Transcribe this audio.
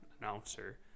announcer